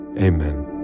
amen